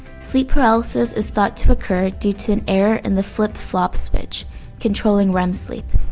sleep paralysis is thought to occur due to an error in the flip-flop switch controlling rem sleep.